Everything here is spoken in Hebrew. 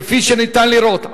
כפי שניתן לראות,